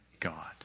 God